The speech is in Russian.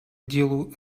делу